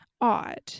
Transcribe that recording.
odd